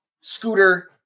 Scooter